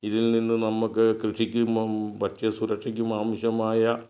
ഇതിൽ നിന്ന് നമുക്ക് കൃഷിക്കും ഭക്ഷ്യ സുരക്ഷക്കും ആവശ്യമായ